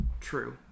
true